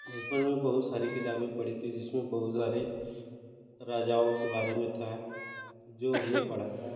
बचपन में बहुत सारी किताबें पढ़ी थी जिसमें बहुत सारे राजाओं के बारे में था जो हमने पढ़ा था